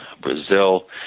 Brazil